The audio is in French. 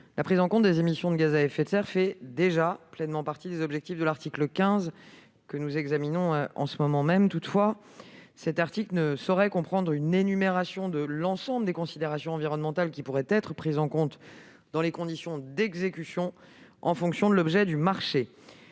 la prise en compte des émissions de gaz à effet de serre fait déjà pleinement partie des objectifs de l'article 15. Toutefois, cet article ne saurait comprendre une énumération de l'ensemble des considérations environnementales susceptibles d'être prises en compte dans les conditions d'exécution en fonction de l'objet du marché.